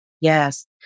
Yes